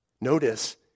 Notice